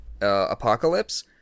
Apocalypse